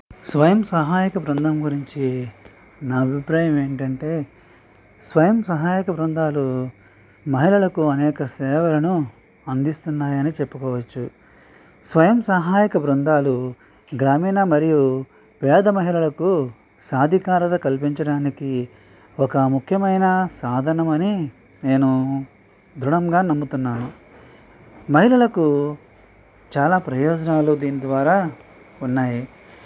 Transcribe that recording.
స్వయం సహాయక బృందం గురించి నా అభిప్రాయం ఏంటంటే స్వయం సహాయక బృందాలు మహిళలకు అనేక సేవలను అందిస్తున్నాయని చెప్పుకోవచ్చు స్వయం సహాయక బృందాలు గ్రామీణ మరియు వేద మహిళలకు సాధికారత కల్పించడానికి ఒక ముఖ్యమైన సాధనం అని నేను దృఢంగా నమ్ముతున్నాను మహిళలకు చాలా ప్రయోజనాలు దీని ద్వారా ఉన్నాయి